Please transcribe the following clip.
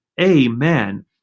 Amen